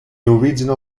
original